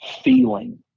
feeling